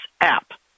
app